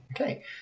Okay